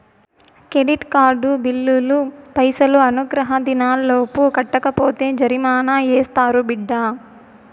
credit card బిల్లులు పైసలు అనుగ్రహ దినాలలోపు కట్టకపోతే జరిమానా యాస్తారు బిడ్డా